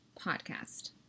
Podcast